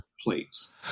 plates